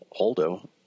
Holdo